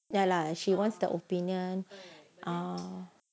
ya lah she wants the opinion